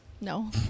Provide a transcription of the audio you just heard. No